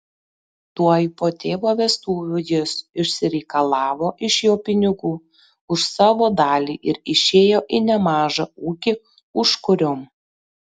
tuoj po tėvo vestuvių jis išsireikalavo iš jo pinigų už savo dalį ir išėjo į nemažą ūkį užkuriom